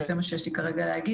זה מה שיש לי כרגע להגיד.